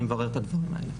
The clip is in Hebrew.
אני אברר את הדברים האלה.